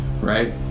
right